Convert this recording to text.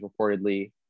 reportedly